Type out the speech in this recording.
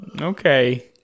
Okay